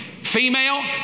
Female